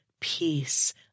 Peace